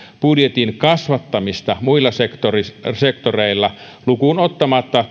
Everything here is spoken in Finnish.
budjetin kasvattamista muilla sektoreilla lukuun ottamatta